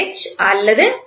H அல்லது H